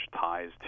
ties